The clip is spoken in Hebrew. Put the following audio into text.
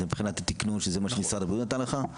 זה מבחינת התקינה שמשרד הבריאות נתן לך?